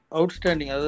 outstanding